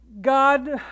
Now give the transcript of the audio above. God